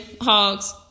Hogs